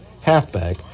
halfback